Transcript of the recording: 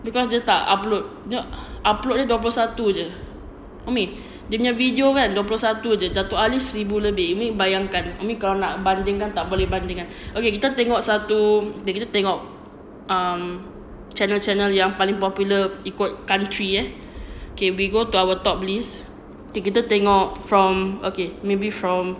because dia tak upload dia upload dia dua puluh satu jer umi dia punya video kan dua puluh satu jer dato aliff seribu lebih banyangkan kalau nak bandingkan tak boleh bandingkan okay kita tengok satu okay kita tengok um channel channel yang paling popular ikut country eh okay we go to our top list kita tengok from okay maybe from